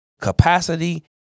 capacity